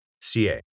CA